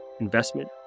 investment